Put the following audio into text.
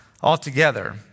altogether